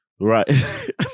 right